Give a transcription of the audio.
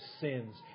sins